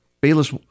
Bayless